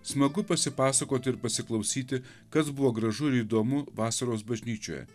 smagu pasipasakoti ir pasiklausyti kas buvo gražu ir įdomu vasaros bažnyčioje